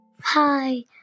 Hi